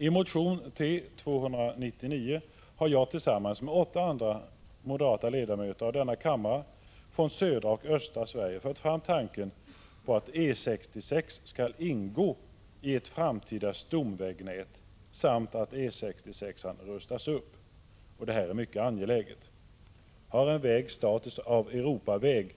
I motion T299 har jag tillsammans med åtta andra moderata ledamöter av denna kammare från södra och östra Sverige fört fram tanken på att E 66 skall ingå i ett framtida stomvägnät samt att E 66 rustas upp. Det är mycket angeläget. Har en väg status av Europaväg